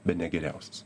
bene geriausias